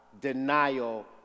denial